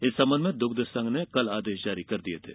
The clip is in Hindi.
इस संबंध में दुग्ध संघ ने कल आदेश जारी कर दिये थे